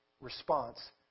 response